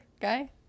guy